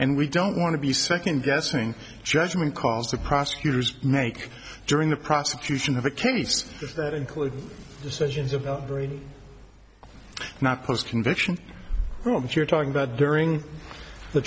and we don't want to be second guessing judgment calls of prosecutors make during the prosecution of a case that includes decisions about brady not post conviction what you're talking about during the